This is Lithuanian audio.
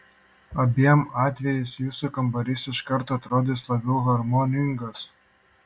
abiem atvejais jūsų kambarys iš karto atrodys labiau harmoningas